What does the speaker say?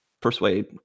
persuade